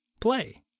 play